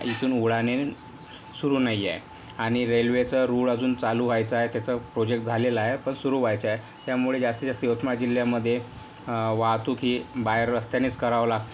इथून उड्डाणे सुरु नाही आहे आणि रेल्वेचं रूळ अजून चालू व्हायचं आहे त्याचं प्रोजेक्ट झालेलं आहे पण अजून सुरु व्हायचं आहे त्यामुळे जास्तीत जास्त यवतमाळ जिल्ह्यामध्ये वाहतूकही बाहेर रस्त्यानेच करावं लागतं